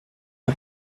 are